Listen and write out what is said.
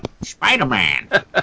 Spider-Man